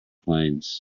planes